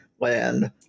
land